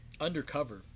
undercover